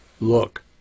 Look